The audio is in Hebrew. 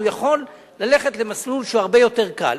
הוא יכול ללכת למסלול שהוא הרבה יותר קל.